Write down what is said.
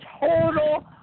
total